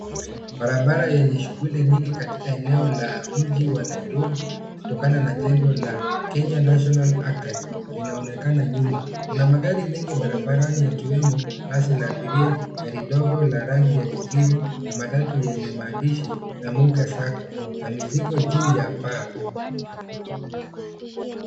Barabara yenye shughuli nyingi katika eneo la mji wa Nairobi. Kutokana na jengo la Kenya national archives linaonekana nyuma .Kuna magari mengi barabarani yakiwemo, basi la abiria ,gari ndogo la rangi ya kijivu na matatu yenye maandishi, namuga sacco na mizigo juu ya paa.